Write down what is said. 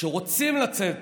שרוצים לצאת